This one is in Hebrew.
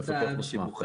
מפקח מוסמך.